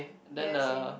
ya same